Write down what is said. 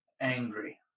angry